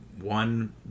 one